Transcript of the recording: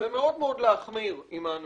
היא להחמיר מאוד עם האנשים